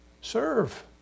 serve